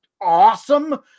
awesome